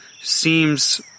seems